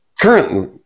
currently